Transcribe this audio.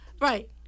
Right